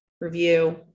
review